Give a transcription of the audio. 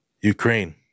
Ukraine